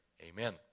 amen